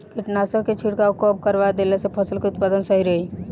कीटनाशक के छिड़काव कब करवा देला से फसल के उत्पादन सही रही?